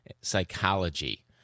psychology